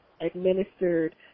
administered